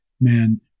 man